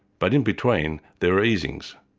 but in between, there were easings.